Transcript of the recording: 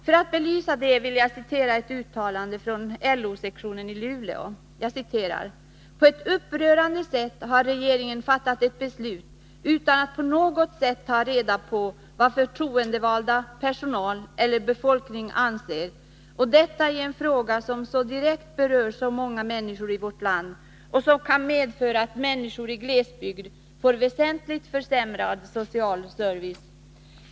För att bevisa detta vill jag citera ett uttalande av LO-sektionen i Luleå, vilket lyder: ”På ett upprörande sätt har regeringen fattat ett beslut utan att på något sätt ta reda på vad förtroendevalda, personal eller befolkning anser och detta i en fråga som så direkt berör så många människor i vårt land och som kan medföra att människor i glesbygd får väsentligt försämrad social service.